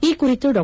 ಈ ಕುರಿತು ಡಾ